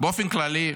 באופן כללי,